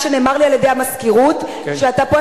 מפני שנאמר לי על-ידי המזכירות שאתה פה,